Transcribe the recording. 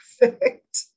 perfect